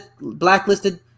blacklisted